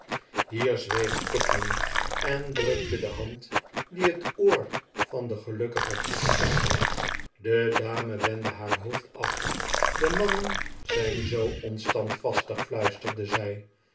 en drukte de hand die het oor van den gelukkigen gieter vasthield de dame wendde haar hoofd af de mannen zijn zoo onstandvastigl fluisterde zij